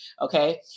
Okay